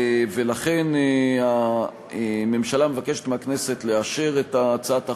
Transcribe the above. ולכן הממשלה מבקשת מהכנסת לאשר את הצעת החוק,